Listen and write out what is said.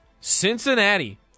Cincinnati